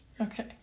Okay